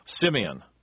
Simeon